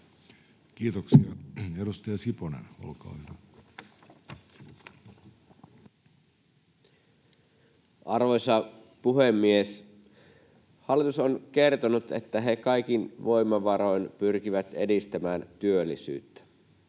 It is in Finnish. Time: 21:16 Content: Arvoisa puhemies! Hallitus on kertonut, että he kaikin voimavaroin pyrkivät edistämään työllisyyttä.